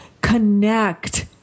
connect